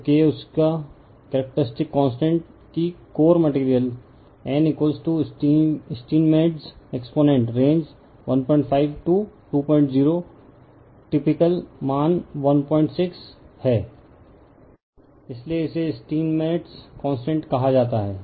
तो K उसकी characteristic constant की core material n Steinmetz exponent range 15 20 typical मान 16 है इसलिए इसे स्टीनमेटज़ कॉन्स्टेंट कहा जाता है